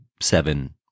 seven